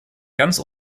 ganz